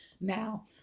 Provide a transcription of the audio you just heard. Now